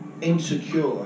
insecure